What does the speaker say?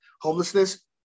homelessness